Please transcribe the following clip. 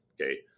Okay